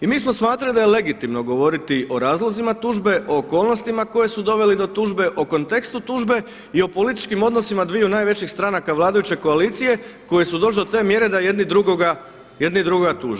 I mi smo smatrali da je legitimno govoriti o razlozima tužbe, o okolnostima koje su dovele do tužbe, o kontekstu tužbe i o političkim odnosima dviju najvećih stranaka vladajuće koalicije koje su došle do te mjere da jedni drugoga tuže.